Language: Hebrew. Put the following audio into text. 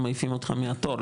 מעיפים אותך מהתור,